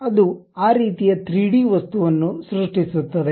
ಅದು ಆ ರೀತಿಯ 3D ವಸ್ತುವನ್ನು ಸೃಷ್ಟಿಸುತ್ತದೆ